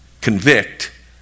convict